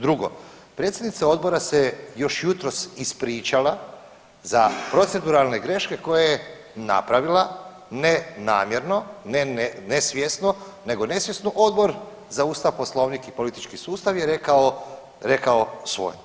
Drugo, predsjednica Odbora se još jutros ispričala za proceduralne greške koje je napravila, ne namjerno, ne svjesno nego nesvjesno, Odbor za Ustav, Poslovnik i politički sustav je rekao svoje.